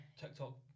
TikTok